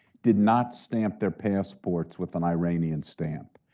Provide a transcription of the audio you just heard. did not stamp their passports with an iranian stamp.